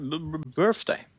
birthday